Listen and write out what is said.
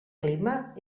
clima